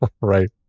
right